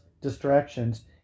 distractions